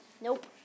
Nope